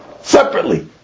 separately